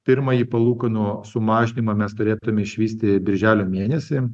pirmąjį palūkanų sumažinimą mes turėtume išvysti birželio mėnesį